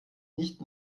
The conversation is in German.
nicht